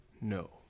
No